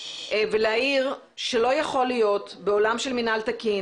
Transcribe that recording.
ולהעיר שלא יכול להיות בעולם של מינהל תקין,